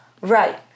Right